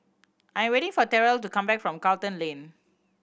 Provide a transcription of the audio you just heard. I am waiting for Terell to come back from Charlton Lane